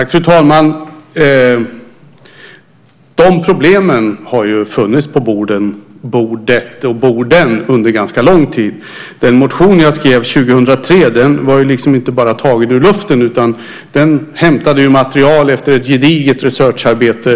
Fru talman! Problemen har ju funnits på bordet och borden under ganska lång tid. Den motion som jag skrev 2003 var liksom inte bara tagen ur luften, utan jag hämtade material efter ett gediget researcharbete.